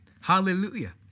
Hallelujah